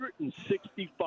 165